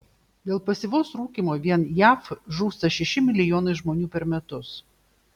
dėl pasyvaus rūkymo vien jav žūsta šeši milijonai žmonių per metus